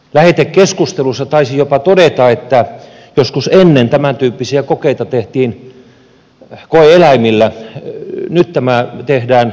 lähetekeskustelussa taisin jopa todeta että joskus ennen tämäntyyppisiä kokeita tehtiin koe eläimillä nyt tämä tehdään savolaisilla